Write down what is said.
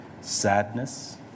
sadness